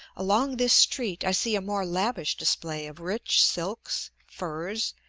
along this street i see a more lavish display of rich silks, furs,